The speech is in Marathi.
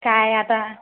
काय आता